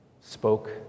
spoke